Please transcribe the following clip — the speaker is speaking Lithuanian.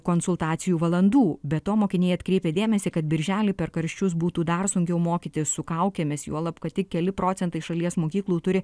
konsultacijų valandų be to mokiniai atkreipia dėmesį kad birželį per karščius būtų dar sunkiau mokytis su kaukėmis juolab kad tik keli procentai šalies mokyklų turi